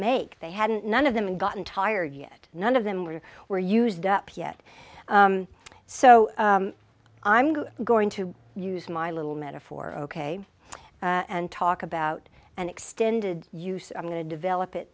make they hadn't none of them and gotten tired yet none of them were were used up yet so i'm good i'm going to use my little metaphor ok and talk about an extended use i'm going to develop it